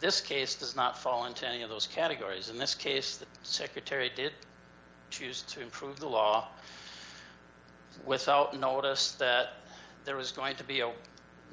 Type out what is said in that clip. this case does not fall into any of those categories in this case the secretary did choose to improve the law without notice that there was going to be zero